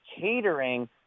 catering